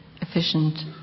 efficient